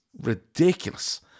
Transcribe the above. ridiculous